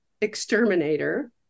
exterminator